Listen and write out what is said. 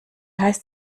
heißt